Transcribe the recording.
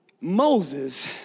Moses